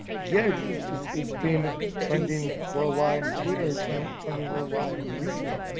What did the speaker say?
yeah, it's it's been trending worldwide on twitter trending trending worldwide on youtube.